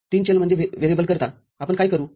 तीन चल करीता आपण काय करू